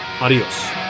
adios